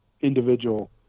individual